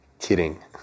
kidding